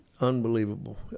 unbelievable